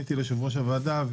פניתי ליושב-ראש הוועדה,